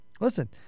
listen